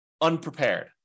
unprepared